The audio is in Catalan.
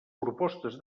propostes